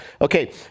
okay